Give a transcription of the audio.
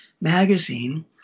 magazine